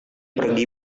pergi